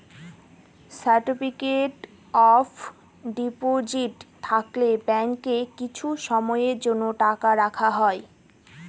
certificate of deposit থাকলে ব্যাঙ্কে কিছু সময়ের জন্য টাকা রাখা হয়